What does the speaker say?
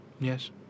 Yes